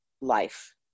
life